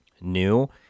new